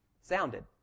sounded